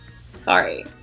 Sorry